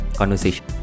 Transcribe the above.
conversation